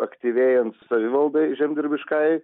aktyvėjant savivaldai žemdirbiškajai